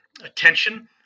attention